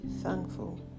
thankful